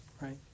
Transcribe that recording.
Right